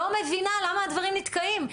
לא מבינה למה הדברים נתקעים,